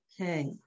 Okay